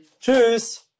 Tschüss